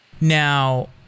Now